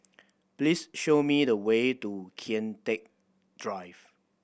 please show me the way to Kian Teck Drive